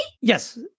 Yes